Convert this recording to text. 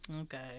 okay